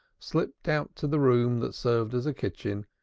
slipped out to the room that served as a kitchen,